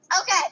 Okay